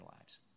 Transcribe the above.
lives